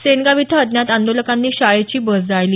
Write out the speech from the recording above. सेनगाव इथं अज्ञात आंदोलकांनी शाळेची बस जाळली